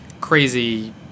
crazy